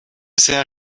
sehr